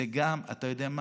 אתה יודע מה?